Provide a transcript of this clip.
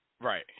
Right